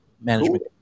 management